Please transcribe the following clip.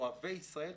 אוהבי ישראל,